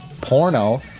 porno